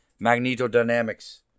magnetodynamics